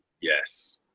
Yes